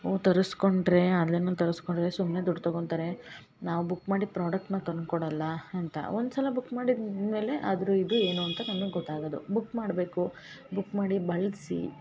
ಓ ತರಸ್ಕೊಂಡರೆ ಆನ್ಲೈನಲ್ಲಿ ತರಸ್ಕೊಂಡರೆ ಸುಮ್ಮನೆ ದುಡ್ಡು ತಗೊಳ್ತಾರೆ ನಾವು ಬುಕ್ ಮಾಡಿ ಪ್ರಾಡಕ್ಟ್ನ ತಂದು ಕೊಡಲ್ಲ ಅಂತ ಒಂದ್ಸಲ ಬುಕ್ ಮಾಡಿದ್ಮೇಲೆ ಅದ್ರ ಇದು ಏನು ಅಂತ ನಮಗೆ ಗೊತ್ತಾಗೋದು ಬುಕ್ ಮಾಡಬೇಕು ಬುಕ್ ಮಾಡಿ ಬಳಸಿ